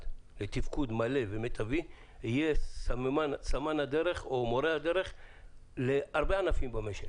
לתפקוד מלא ומטבי יהיה סממן ומורה דרך להרבה ענפים במשק,